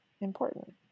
important